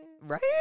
Right